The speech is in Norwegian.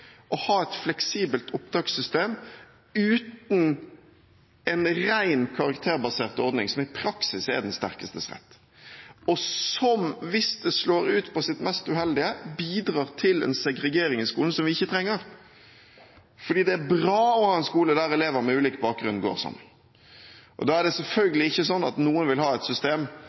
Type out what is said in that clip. å ha et fleksibelt opptakssystem uten en rent karakterbasert ordning, som i praksis er den sterkestes rett, og som – hvis den slår ut på sitt mest uheldige – bidrar til en segregering i skolen som vi ikke trenger, fordi det er bra å ha en skole der elever med ulik bakgrunn går sammen. Da er det selvfølgelig ikke sånn at noen vil ha et system